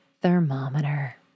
thermometer